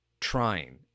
trying